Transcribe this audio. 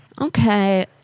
Okay